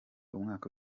umwaka